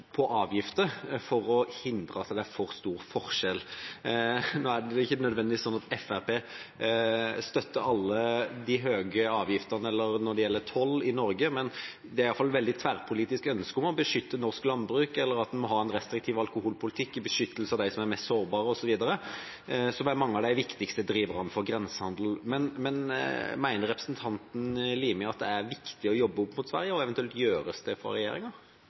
avgifter for å hindre at det er for stor forskjell. Nå er det ikke nødvendigvis slik at Fremskrittspartiet støtter alle de høye avgiftene eller tollen i Norge, men det er i alle fall et tverrpolitisk ønske å beskytte norsk landbruk, eller at en må ha en restriktiv alkoholpolitikk for å beskytte dem som er mest sårbare, osv. Dette er noen av de viktigste driverne i grensehandelen. Mener representanten Limi at det er viktig å jobbe med Sverige, og gjøres det fra